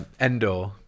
Endor